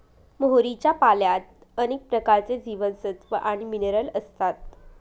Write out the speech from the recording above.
मोहरीच्या पाल्यात अनेक प्रकारचे जीवनसत्व आणि मिनरल असतात